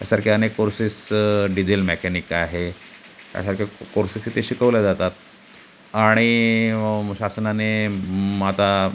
यासारखे अनेक courses diesel mechanic आहे यासारखे कोर्सेस इथे शिकवल्या जातात आणि मग शासनाने मग आता